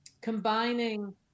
combining